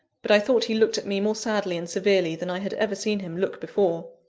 but i thought he looked at me more sadly and severely than i had ever seen him look before.